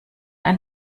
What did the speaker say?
ein